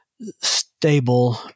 stable